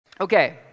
Okay